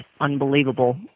unbelievable